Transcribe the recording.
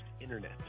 internet